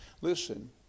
Listen